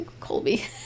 colby